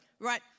Right